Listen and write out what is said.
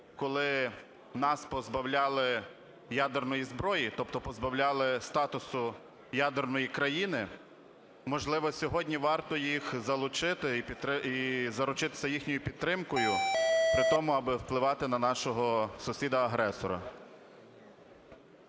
коли нас позбавляли ядерної зброї, тобто позбавляли статусу ядерної країни, можливо, сьогодні варто їх залучити і заручитися їхньої підтримкою при тому, аби впливати на нашого сусіда-агресора?